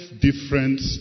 different